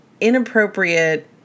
inappropriate